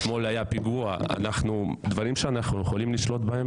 את הדברים שאנחנו יכולים לשלוט בהם